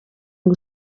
ngo